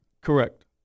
Correct